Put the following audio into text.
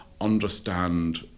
understand